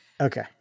okay